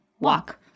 walk